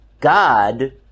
God